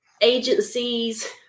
agencies